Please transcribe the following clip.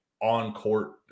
on-court